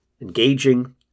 engaging